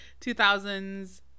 2000s